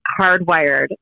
hardwired